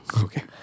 Okay